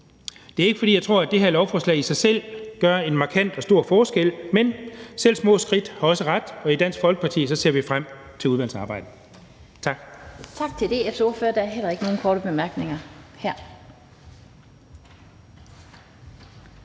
Det er ikke, fordi jeg tror, det her lovforslag i sig selv gør en markant og stor forskel, men selv små skridt har også ret. I Dansk Folkeparti ser vi frem til udvalgsarbejdet. Tak.